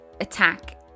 attack